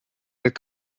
need